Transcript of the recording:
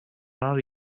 are